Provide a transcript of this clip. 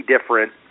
different